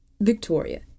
Victoria